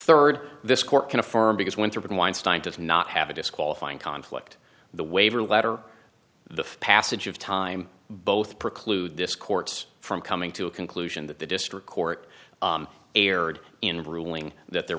third this court can affirm because winter when weinstein does not have a disqualifying conflict the waiver letter the passage of time both preclude this court's from coming to a conclusion that the district court erred in ruling that there